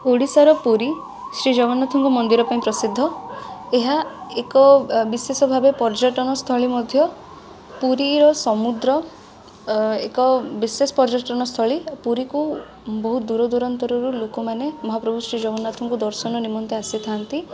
ଓଡ଼ିଶାର ପୁରୀ ଶ୍ରୀଜଗନ୍ନାଥଙ୍କ ମନ୍ଦିର ପାଇଁ ପ୍ରସିଦ୍ଧ ଏହା ଏକ ବିଶେଷ ଭାବେ ପର୍ଯ୍ୟଟନସ୍ଥଳୀ ମଧ୍ୟ ପୁରୀର ସମୁଦ୍ର ଏକ ବିଶେଷ ପର୍ଯ୍ୟଟନସ୍ଥଳୀ ପୁରୀକୁ ବହୁତ ଦୂରଦୂରାନ୍ତରୁ ଲୋକମାନେ ମହାପ୍ରଭୁ ଶ୍ରୀ ଜଗନ୍ନାଥଙ୍କୁ ଦର୍ଶନ ନିମନ୍ତେ ଆସିଥାନ୍ତି